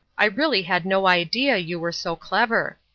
i really had no idea you were so clever.